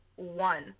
one